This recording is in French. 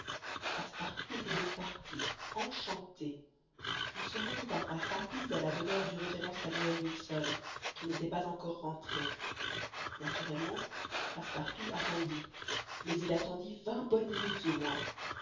passepartout était donc parti enchanté il se rendit d'un pas rapide à la demeure du révérend samuel wilson qui n'était pas encore rentré naturellement passepartout attendit mais il attendit vingt bonnes minutes au moins